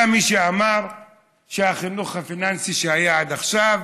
היה מי שאמר שהחינוך הפיננסי שהיה עד עכשיו